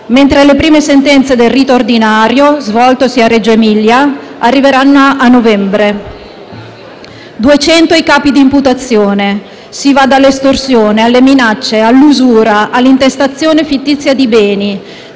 mentre le prime sentenze del rito ordinario, svoltosi a Reggio Emilia, arriveranno a novembre. Sono 200 i capi di imputazione: si va dall'estorsione alle minacce, dall'usura all'intestazione fittizia dei beni,